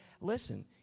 listen